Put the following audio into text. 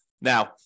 Now